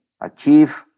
Achieve